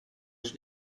ich